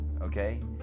okay